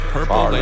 Purple